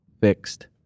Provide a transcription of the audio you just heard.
fixed